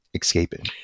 escaping